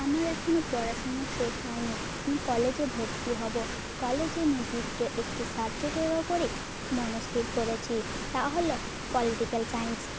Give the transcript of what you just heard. আমার এখনো পড়াশুনো শেষ হয় নি আমি কলেজে ভর্তি হবো কলেজে নির্দিষ্ট একটি সাবজেক্টের ওপরেই মনস্থির করেছি তা হলো পলিটিক্যাল সায়েন্স